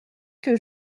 que